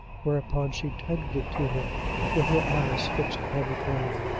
whereupon she tendered it to him with her eyes fixed upon the ground.